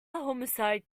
homicide